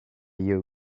you